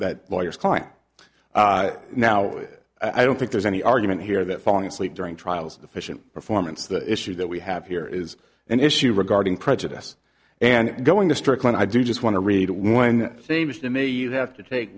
that lawyers client now i don't think there's any argument here that falling asleep during trials efficient performance the issue that we have here is an issue regarding prejudice and going to strickland i do just want to read one seems to me you have to take